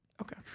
Okay